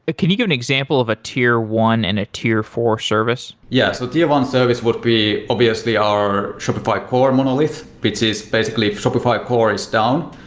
ah can you give an example of a tier one and a tier four service? yeah. so tier one service would be obviously our shopify core monolith, which is basically shopify core is down.